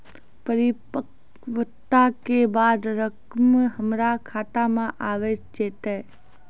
परिपक्वता के बाद रकम हमरा खाता मे आबी जेतै?